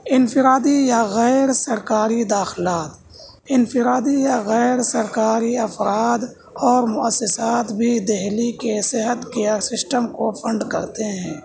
انفرادی یا غیر سرکاری داخلہ انفرادی یا غیر سرکاری افراد اور مؤسسات بھی دہلی کے صحت کیئر سسٹم کو فنڈ کرتے ہیں